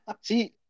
See